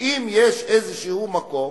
ואם יש איזה מקום,